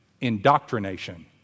indoctrination